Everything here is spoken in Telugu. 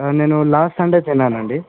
నేను లాస్ట్ సండే తిన్నానండి